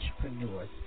entrepreneurs